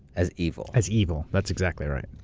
as evil. as evil. that's exactly right.